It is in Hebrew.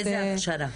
איזו הכשרה?